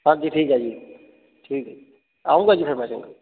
ਹਾਂਜੀ ਠੀਕ ਹੈ ਜੀ ਠੀਕ ਹੈ ਆਊਂਗਾ ਜੀ ਫਿਰ ਮੈਂ ਚੰਗਾ